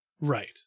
Right